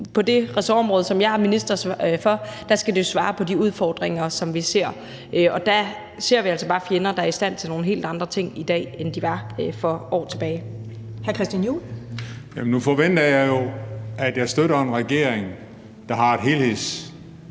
på det ressortområde, som jeg er minister for, skal det jo svare på de udfordringer, som vi ser, og der ser vi altså bare fjender, der er i stand til nogle helt andre ting i dag, end de var for år tilbage. Kl. 13:05 Første næstformand (Karen Ellemann): Hr. Christian